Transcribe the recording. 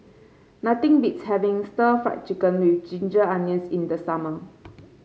nothing beats having Stir Fried Chicken with Ginger Onions in the summer